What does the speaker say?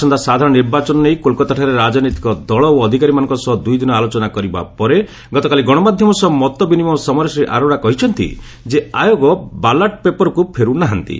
ଆସନ୍ତା ସାଧାରଣ ନିର୍ବାଚନ ନେଇ କୋଲକାତାଠାରେ ରାଜନୈତିକ ଦଳ ଓ ଅଧିକାରୀମାନଙ୍କ ସହ ଦୁଇଦିନ ଆଲୋଚନା କରିବା ପରେ ଗତକାଲି ଗଣମାଧ୍ୟମ ସହ ମତ ବିନିମୟ ସମୟରେ ଶ୍ରୀ ଆରୋରା କହିଛନ୍ତି ଯେ ଆୟୋଗ ବାଲାଟ ପେପରକୁ ଫେରୁନାହାନ୍ତି